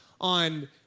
on